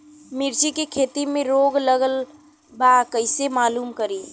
मिर्ची के खेती में रोग लगल बा कईसे मालूम करि?